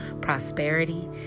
prosperity